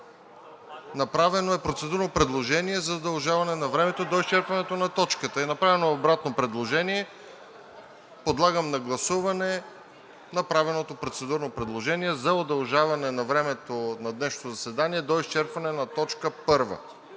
Направено е процедурно предложение за удължаване на времето до изчерпването на точката и е направено обратно предложение. Подлагам на гласуване направеното процедурно предложение за удължаване на времето на днешното заседание до изчерпване на точка